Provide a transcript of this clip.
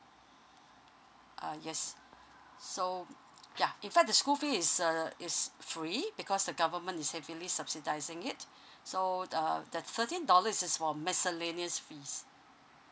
uh yes so ya in fact the school fee is uh is free because the government is heavily subsidising it so the the thirteen dollar is just for miscellaneous fees